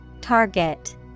Target